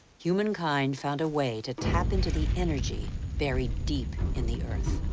humankind found a way to tap into the energy buried deep in the earth.